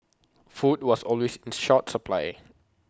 food was always in short supply